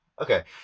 Okay